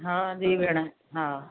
हा जी भेण हा